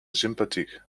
sympathiek